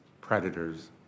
predators